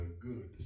good